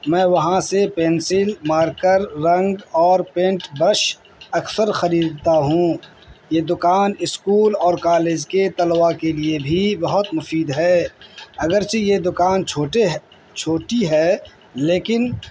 میں وہاں سے پینسل مارکر رنگ اور پینٹ برش اکثر خریدتا ہوں یہ دکان اسکول اور کالج کے طلبہ کے لیے بھی بہت مفید ہے اگرچہ یہ دکان چھوٹے چھوٹی ہے لیکن